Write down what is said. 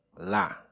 la